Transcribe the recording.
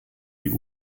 die